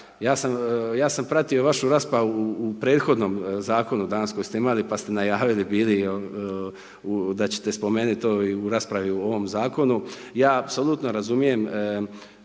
ja sam pratio vašu raspravu u prethodnom zakonu danas koji ste imali, pa ste najavili bili da ćete to spomenuti i u raspravi u ovom zakonu. Ja apsolutno razumijem